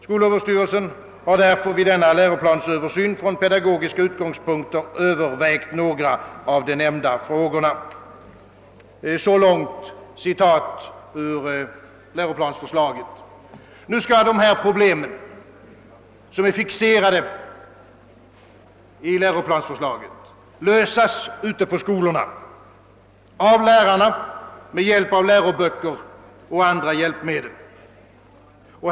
Skolöverstyrelsen har därför vid denna läroplansöversyn från pedagogiska utgångspunkter övervägt några av de nämnda frågorna.» Nu skall dessa problem, som är fixerade i läroplansförslaget, lösas ute i skolorna av lärarna med hjälp av läroböcker och andra hjälpmedel.